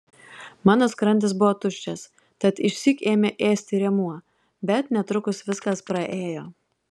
mano skrandis buvo tuščias tad išsyk ėmė ėsti rėmuo bet netrukus viskas praėjo